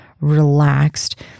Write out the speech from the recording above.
relaxed